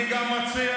אני גם מציע,